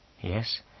Yes